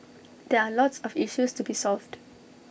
there are lots of issues to be solved